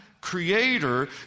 creator